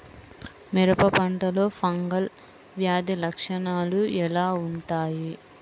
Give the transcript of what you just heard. మిరప పంటలో ఫంగల్ వ్యాధి లక్షణాలు ఎలా వుంటాయి?